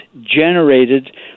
generated